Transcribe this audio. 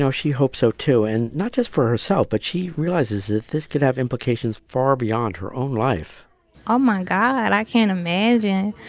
she hopes so, too, and not just for herself. but she realizes that this could have implications far beyond her own life oh, my god. i can't imagine,